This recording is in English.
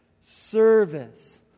service